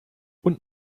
und